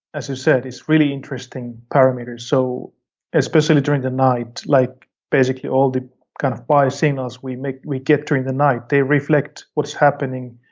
as you said, is a really interesting parameter so especially during the night. like basically all the kind of by signals we make, we get during the night, they reflect what's happening